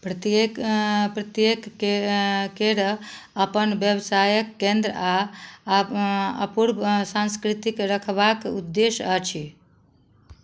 प्रत्येक प्रत्येकके केरऽ अपन व्यवसाय केन्द्र आ अपूर्व संस्कृतिक रखबाक उद्देश्य अछि